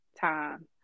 time